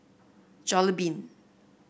jollibean